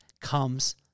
comes